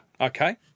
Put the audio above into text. Okay